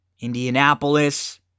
Indianapolis